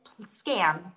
scam